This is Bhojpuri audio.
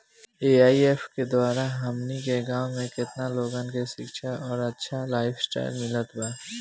ए.आई.ऐफ के द्वारा हमनी के गांव में केतना लोगन के शिक्षा और अच्छा लाइफस्टाइल मिलल बा